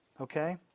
Okay